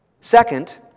Second